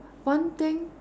one thing